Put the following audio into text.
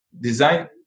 design